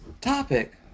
topic